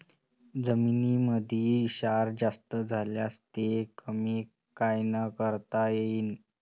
जमीनीमंदी क्षार जास्त झाल्यास ते कमी कायनं करता येईन?